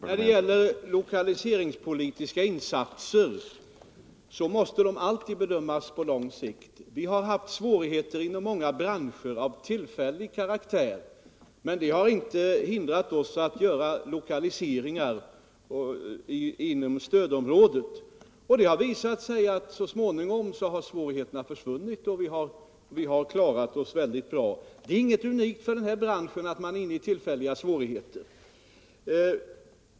Herr talman! Lokaliseringspolitiska insatser måste alltid bedömas på lång sikt. Vi har haft svårigheter av tillfällig karaktär inom många branscher, men det har inte hindrat oss från att göra lokaliseringar inom stödområdet. Det har visat sig att svårigheterna så småningom har upphört och att vi har klarat oss väldigt bra. Det är inget unikt för den här branschen att man är inne i tillfälliga svårigheter.